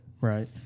Right